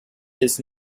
his